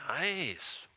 nice